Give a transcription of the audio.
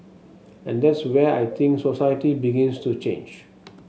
and that's where I think society begins to change